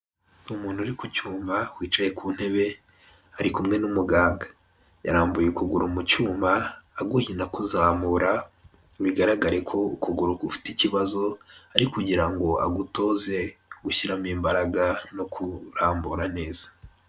Umuntu uri ku cyuma wicaye ku ntebe arikumwe n'umuganga yarambuye ukuguru mu cyuma aguhina kuzamura bigaragare ko ukuguru gufite ikibazo ari kugira ngo agutoze gushyiramo imbaraga no kurambura neza.